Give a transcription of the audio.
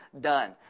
done